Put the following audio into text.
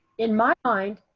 in my mind,